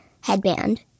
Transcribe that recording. headband